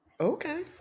okay